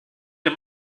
dem